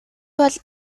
бол